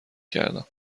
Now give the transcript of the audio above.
کردم